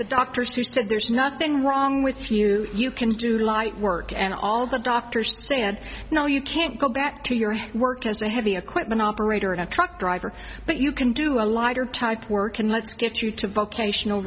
the doctors who said there's nothing wrong with you you can do light work and all the doctors said no you can't go back to your work as a heavy equipment operator and a truck driver but you can do a lighter type work and let's get you to vocational